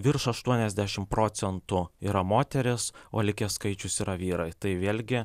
virš aštuoniasdešimt procentų yra moterys o likęs skaičius yra vyrai tai vėlgi